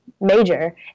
major